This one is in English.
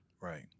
right